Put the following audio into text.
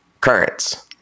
currents